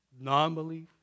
Non-belief